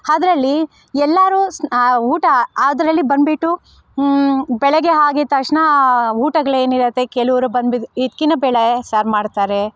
ಅದ್ರಲ್ಲಿ ಎಲ್ಲರು ಸ ಊಟ ಅದರಲ್ಲಿ ಬಂದ್ಬಿಟ್ಟು ಬೆಳಿಗ್ಗೆ ಆಗಿದ ತಕ್ಷಣ ಊಟಗಳು ಏನಿರುತ್ತೆ ಕೆಲವರು ಬಂದ್ಬಿ ಹಿತ್ಕಿದ ಬೆಳೆ ಸಾರು ಮಾಡ್ತಾರೆ